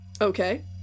Okay